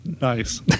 Nice